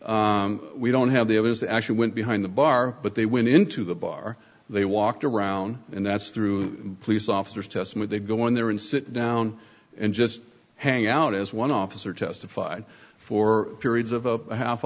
case we don't have the it was actually went behind the bar but they went into the bar they walked around and that's through the police officers testified they go in there and sit down and just hang out as one officer testified for periods of a half